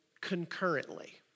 concurrently